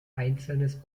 einzelnes